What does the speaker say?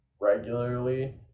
regularly